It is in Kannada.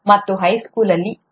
ಮತ್ತೆ ಹೈಸ್ಕೂಲ್ ಅಲ್ಲಿ ಕಲಿತದ್ದು